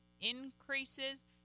increases